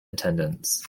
attendance